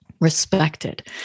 respected